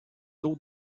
tôt